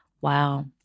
Wow